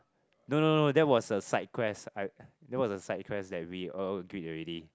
no no no that was a side quest I that was a side quest that we all agreed already